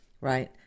right